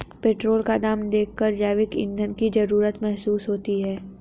petrol का दाम देखकर जैविक ईंधन की जरूरत महसूस होती है